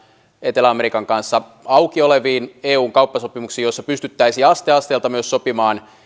etelä amerikan kanssa auki oleviin eun kauppasopimuksiin joissa pystyttäisiin aste asteelta myös sopimaan